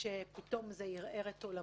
שפתאום זה ערער את עולמו.